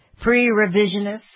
Pre-revisionist